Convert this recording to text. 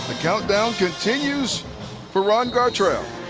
countdown continues for ron gartrell.